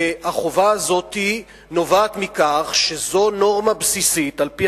והחובה הזאת נובעת מכך שזו נורמה בסיסית על-פי